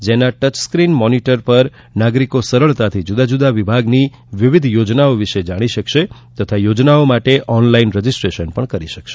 જેના touch screen monitor પર નાગરિકો સરળતાથી જુદા જુદા વિભાગની વિવિધ યોજનાઓ વિશે જાણી શકશે તથા યોજનાઓ માટે ઓન લાઇન રજિસ્ટ્રેશન પણ કરી શકશે